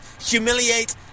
humiliate